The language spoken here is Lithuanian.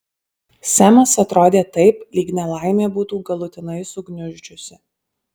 semas atrodė taip lyg nelaimė būtų galutinai sugniuždžiusi